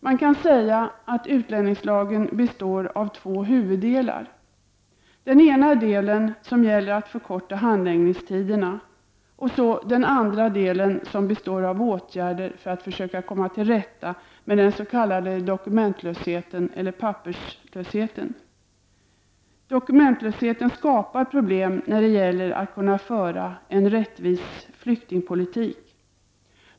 Man kan säga att utlänningslagen består av två huvuddelar. Den ena delen gäller förkortning av handläggningstiderna och den andra består av åtgärder för att försöka komma till rätta med den s.k. dokumentlösheten eller papperslösheten. Dokumentlösheten skapar problem för oss som vill föra en rättvis flyktingpolitik.